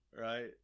Right